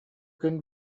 күн